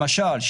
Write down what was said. למשל,